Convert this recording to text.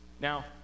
Now